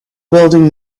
building